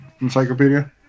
Encyclopedia